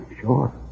Sure